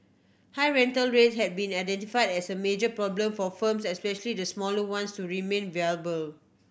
high rental rates have been identified as a major problem for firms especially the smaller ones to remain viable